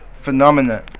phenomenon